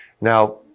Now